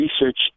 research